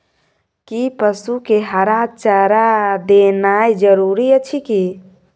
कि पसु के हरा चारा देनाय जरूरी अछि की?